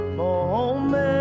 moment